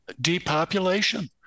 depopulation